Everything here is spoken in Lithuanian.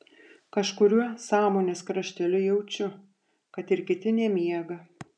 kažkuriuo sąmonės krašteliu jaučiu kad ir kiti nemiega